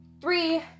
three